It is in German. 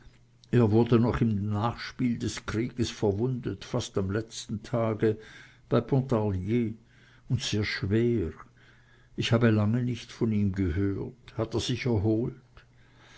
er wurde noch in dem nachspiel des krieges verwundet fast am letzten tage bei pontarlier und sehr schwer ich habe lange nicht von ihm gehört hat er sich erholt